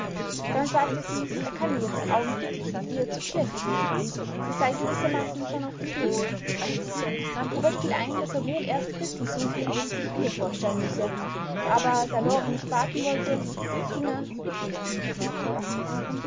dann sagte sie er könne jetzt augenblicklich mit ihr zur kirche gehen sie sei gewissermaßen schon auf dem wege robert fiel ein daß er wohl erst christel suchen und sich ihr vorstellen müsse aber da lore nicht warten wollte ging er mit ihr